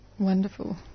Wonderful